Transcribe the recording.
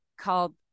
called